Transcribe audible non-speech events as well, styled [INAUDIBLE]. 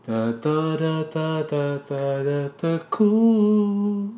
the [NOISE] 地哭